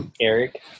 Eric